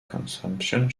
consumption